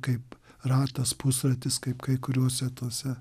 kaip ratas pusratis kaip kai kuriuose tose